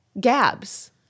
Gabs